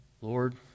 Lord